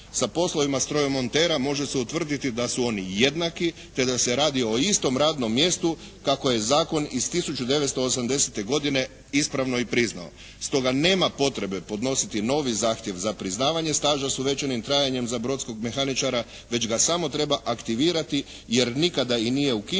sa poslovima strojomontera može se utvrditi da su oni jednaki te da se radi o istom radnom mjestu kako je zakon iz 1980. godine ispravno i priznao. Stoga nema potrebe podnositi i novi zahtjev za priznavanje staža s uvećanim trajanjem za brodskog mehaničara već ga samo treba aktivirati jer nikada i nije ukinut